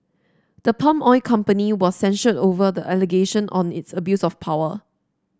the palm oil company was censured over the allegation on its abuse of power